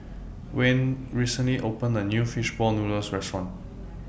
Wende recently opened A New Fish Ball Noodles Restaurant